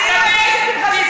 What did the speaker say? אני רוצה להגיד לך משהו.